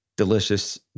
delicious